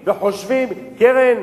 וחושבים: קרן